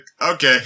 okay